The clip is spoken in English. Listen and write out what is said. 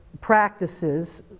practices